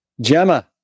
Gemma